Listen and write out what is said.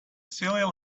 silly